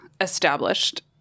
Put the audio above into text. established